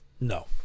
No